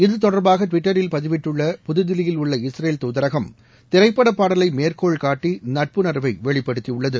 இது தொடர்பாக டுவிட்டரில் பதிவிட்டுள்ள புதுதில்லியில் உள்ள இஸ்ரேல் தூதரகம் திரைப்படப் பாடலை மேற்கொள்காட்டி நட்புணர்வை வெளிப்படுத்தியுள்ளது